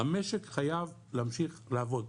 המשק חייב להמשיך לעבוד.